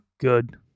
good